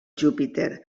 júpiter